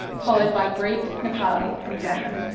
followed by greek, nepali and german.